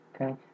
okay